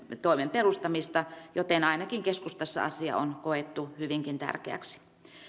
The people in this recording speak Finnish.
toimen perustamista joten ainakin keskustassa asia on koettu hyvinkin tärkeäksi